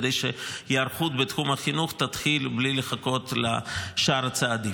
כדי שההיערכות בתחום החינוך תתחיל בלי לחכות לשאר הצעדים.